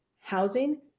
housing